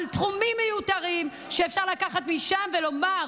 על תחומים מיותרים, אפשר לקחת משם ולומר: